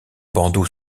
bandeau